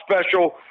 special